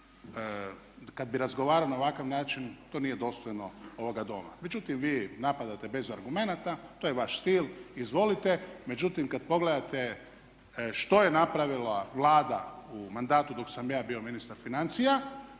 kad bi razgovarao na ovakav način to nije dostojno ovoga doma. Međutim, vi napadate bez argumenata to je vaš stil, izvolite, međutim kad pogledate što je napravila Vlada u mandatu dok sam ja bio ministar financija